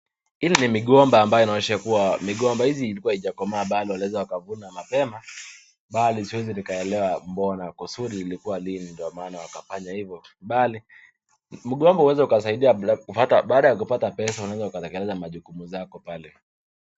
Hii ni migomba ambayo inaonyesha kuwa, migomba hizi zilikuwa hazijakomaa mbali waliweza kuivuna mapema , mbali siwezi nikaelewa mbona, kusudi ilikuwa nini ndio maana wakafanya hivo, mbali mgomba unaweza ukasaidia hata baada ya kupata pesa unaweza ukatekeleza majukumu yako pale.